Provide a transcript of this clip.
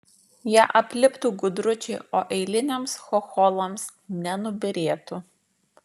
ją apliptų gudručiai o eiliniams chocholams nenubyrėtų